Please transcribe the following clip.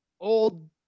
old